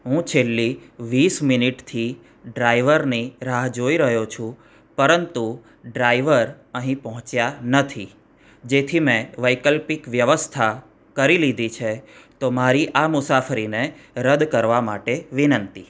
હું છેલ્લી વીસ મિનિટથી ડ્રાઈવરની રાહ જોઈ રહ્યો છું પરંતુ ડ્રાઈવર અહીં પહોંચ્યા નથી જેથી મેં વૈકલ્પિક વ્યવસ્થા કરી લીધી છે તો મારી આ મુસાફરીને રદ કરવા માટે વિનંતી